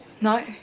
No